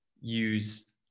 use